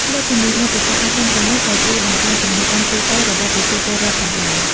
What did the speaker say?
លើសពីនេះ មាតិកាអប់រំទាំងនេះក៏ជួយបង្កើនចំណេះដឹងទូទៅរបស់ប្រជាពលរដ្ឋផងដែរ។